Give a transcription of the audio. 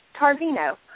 Tarvino